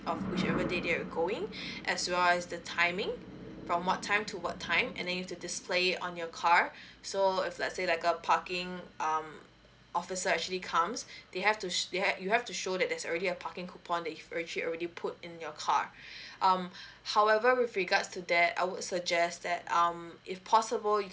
um whichever day that going as well as the timing from what time to what time and then you have to display it on your car so if let's say like a parking um officer actually comes they have to show that you have to show that there's already a parking coupon that you've already put in your car um however with regards to that I would suggest that um if possible